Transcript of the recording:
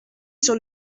sur